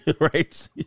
Right